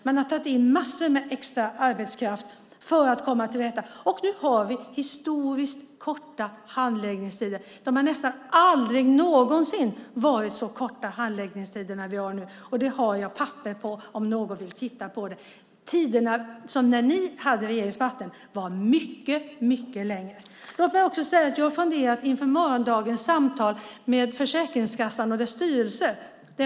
Man har tagit in massor av extra arbetskraft för att komma till rätta med detta. Nu har vi historiskt korta handläggningstider. De har nästan aldrig någonsin varit så korta. Det har jag papper på om någon vill titta på det. När ni hade regeringsmakten var handläggningstiderna mycket längre. Jag har funderat inför morgondagens samtal med Försäkringskassan och styrelsen.